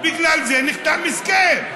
בגלל זה נחתם הסכם.